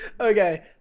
okay